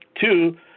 Two